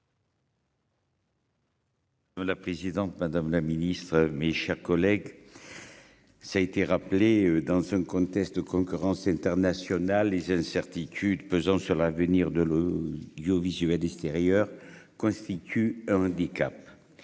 minutes. La présidente, madame la ministre, mes chers collègues, ça été rappelé dans un contexte de concurrence internationale, les incertitudes pesant sur l'avenir de l'audiovisuel extérieur constitue un handicap,